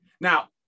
Now